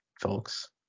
folks